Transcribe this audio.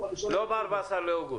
לא ב-14 באוגוסט.